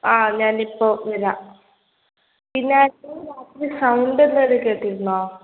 ആ ഞാനിപ്പോൾ വരാം പിന്നെ നിങ്ങൾ രാത്രി സൗണ്ട് എന്തെങ്കിലും കേട്ടിരുന്നോ